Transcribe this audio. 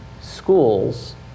schools